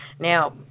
now